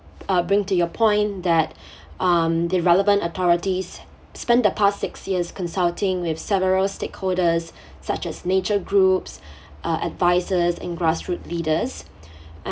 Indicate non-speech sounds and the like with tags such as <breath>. uh bring to your point that <breath> um the relevant authorities spent the past six years consulting with several stakeholders <breath> such as nature groups <breath> uh advisers and grassroots leaders <breath>